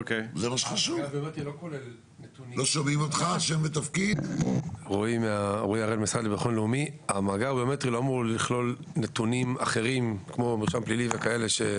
המאגר לא אמור לכלול נתונים אחרים כמו מרשם פלילי וכאלה.